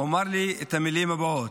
הוא אמר לי את המילים הבאות,